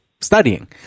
studying